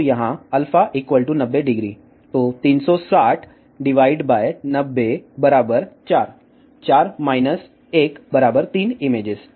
तो यहां α 900 तो 36090 4 4 1 3 इमेजेस